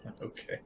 Okay